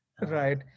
Right